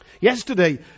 Yesterday